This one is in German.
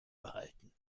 behalten